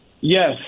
Yes